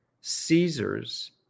Caesars